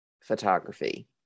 photography